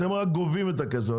אתם רק גובים את הכסף,